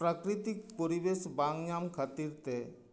ᱯᱨᱟᱠᱤᱛᱤᱠ ᱯᱚᱨᱤᱵᱮᱥ ᱵᱟᱝ ᱧᱟᱢ ᱠᱷᱟᱹᱛᱤᱨ ᱛᱮ